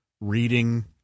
reading